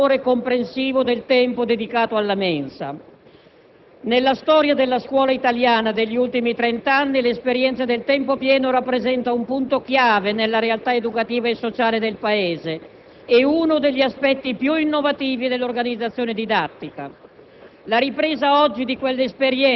con un orario settimanale di quaranta ore, comprensivo del tempo dedicato alla mensa. Nella storia della scuola italiana degli ultimi trent'anni l'esperienza del tempo pieno rappresenta un punto chiave nella realtà educativa e sociale del Paese e uno degli aspetti più innovativi dell'organizzazione didattica.